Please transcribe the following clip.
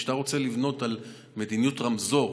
כשאתה רוצה לבנות על מדיניות רמזור,